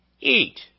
eat